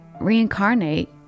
Reincarnate